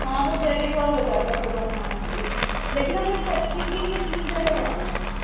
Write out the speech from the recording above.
ہاں وہ دہلی کور ہو جاتا ہے پورا ہاں جی جی لیکن ہمیں اسپیسیفکلی یہ تین جگہ جانا ہے